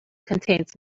contains